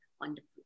wonderful